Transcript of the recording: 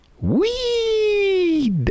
Weed